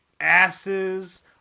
asses